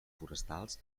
forestals